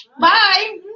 bye